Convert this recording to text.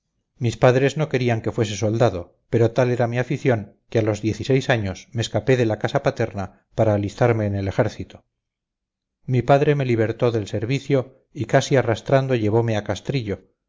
mis padres no querían que fuese soldado pero tal era mi afición que a los diez y seis años me escapé de la casa paterna para alistarme en el ejército mi padre me libertó del servicio y casi arrastrando llevome a castrillo